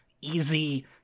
easy